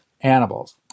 animals